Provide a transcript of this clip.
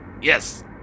Yes